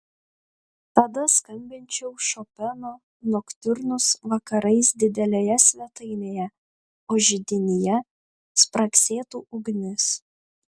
tada skambinčiau šopeno noktiurnus vakarais didelėje svetainėje o židinyje spragsėtų ugnis